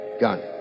gun